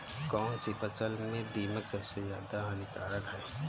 कौनसी फसल में दीमक सबसे ज्यादा हानिकारक है?